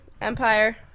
Empire